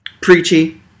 preachy